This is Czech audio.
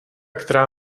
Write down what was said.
která